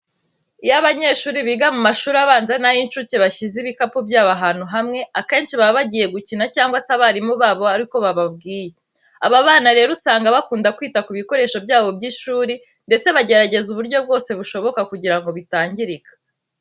Iyo abanyeshuri biga mu mashuri abanza n'ay'incuke bashyize ibikapu byabo ahantu hamwe, akenshi baba bagiye gukina cyangwa se abarimu babo ari ko bababwiye. Aba bana rero usanga bakunda kwita ku bikoresho byabo by'ishuri ndetse bagerageza uburyo bwose bushoboka kugira ngo bitangirika.